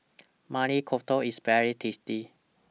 Maili Kofta IS very tasty